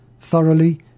thoroughly